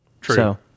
True